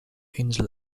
insel